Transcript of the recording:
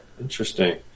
Interesting